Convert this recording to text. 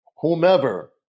whomever